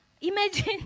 Imagine